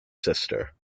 sister